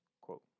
quote